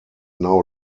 now